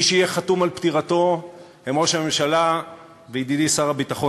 מי שיהיה חתום על פטירתו זה ראש הממשלה וידידי שר הביטחון,